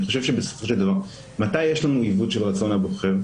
אני חושב שבסופו של דבר מתי יש לנו עיוות של רצון הבוחר?